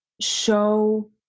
show